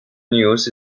news